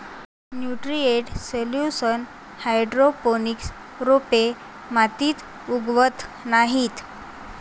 nutrient solution hydroponics रोपे मातीत उगवत नाहीत